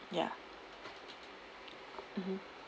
ya mmhmm